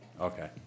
Okay